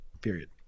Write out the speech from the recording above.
Period